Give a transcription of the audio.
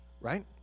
right